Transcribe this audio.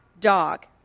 dog